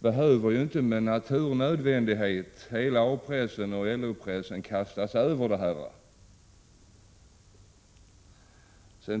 behöver inte med naturnödvändighet kasta sig över detta för att en person säger att någon eller några agerar nazistiskt. Herr talman!